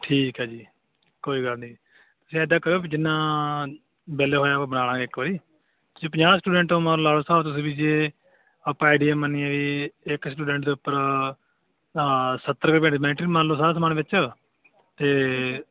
ਠੀਕ ਹੈ ਜੀ ਕੋਈ ਗੱਲ ਨਹੀਂ ਤੁਸੀਂ ਇੱਦਾਂ ਕਰੋ ਵੀ ਜਿੰਨਾ ਬਿੱਲ ਹੋਇਆ ਉਹ ਬਣਾ ਲਵਾਂਗੇ ਇੱਕ ਵਾਰੀ ਤੁਸੀਂ ਪੰਜਾਹ ਸਟੂਡੈਂਟ ਹੋ ਮਨ ਲਓ ਹਿਸਾਬ ਤੁਸੀਂ ਵੀ ਜੇ ਆਪਾਂ ਆਈਡੀਆ ਮੰਨੀਏ ਵੀ ਇੱਕ ਸਟੂਡੈਂਟ ਦੇ ਉੱਪਰ ਆ ਸੱਤਰ ਰੁਪਏ ਪੈਣੇ ਜੁਮੈਟਰੀ ਮੰਨ ਲਓ ਸਾਰਾ ਸਮਾਨ ਵਿੱਚ ਅਤੇ